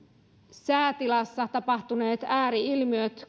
säätilassa tapahtuneiden ääri ilmiöiden